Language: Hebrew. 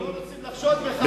אנחנו לא רוצים לחשוד בך.